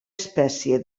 espècie